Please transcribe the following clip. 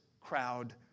crowd